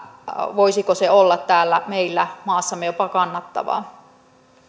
voisiko se olla täällä meillä maassamme jopa kannattavaa